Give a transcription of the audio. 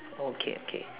okay okay